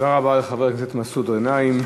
תודה רבה לחבר הכנסת מסעוד גנאים.